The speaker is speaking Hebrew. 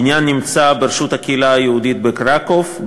הבניין נמצא ברשות הקהילה היהודית בקרקוב.